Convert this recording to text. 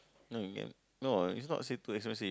no no it's not say too expensive